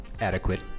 Adequate